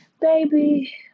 baby